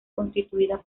constituida